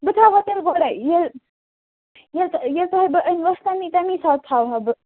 بہٕ تھاوہا تیٚلہِ گۄڈَے ییٚلہِ ییٚلہِ تُہۍ بہٕ ٲنوٕہوس تمی تمی ساتہٕ تھاہا بہٕ